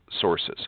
sources